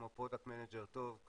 כמו product manager טוב,